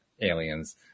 aliens